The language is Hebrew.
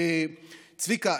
צביקה,